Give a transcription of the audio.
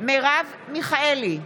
מרב מיכאלי,